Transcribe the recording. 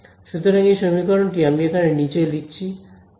সুতরাং এই সমীকরণটি আমি এখানে নীচে লিখেছি